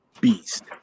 beast